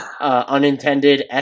unintended